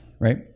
Right